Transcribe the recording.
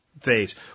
phase